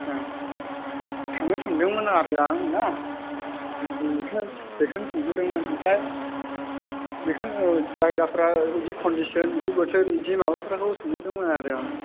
थांनो सान्दोंमोन आरो आं ना बेखौनो बेखौनो सोंहरदोंमोन ओमफ्राय बेखौनो जायगाफ्रा इदि कनडिसन बिदि बोथोर बिदि माबाफ्राखौ सोंहरदोंमोन आं